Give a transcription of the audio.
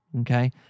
Okay